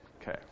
okay